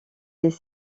des